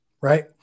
right